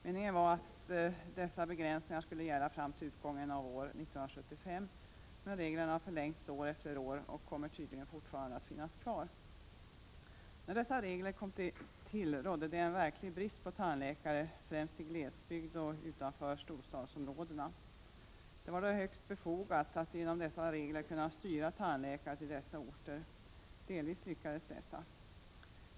Meningen var att dessa begränsningar skulle gälla fram till utgången av år 1975, men giltighetstiden för reglerna har förlängts år efter år, och de kommer tydligen fortfarande att finnas kvar. När dessa regler kom till rådde en verklig brist på tandläkare, främst i glesbygd och utanför storstadsområdena. Det var då högst befogat att genom dessa regler styra tandläkare till dessa orter. Delvis lyckades detta.